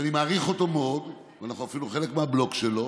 שאני מעריך אותו מאוד ואנחנו אפילו חלק מהבלוק שלו,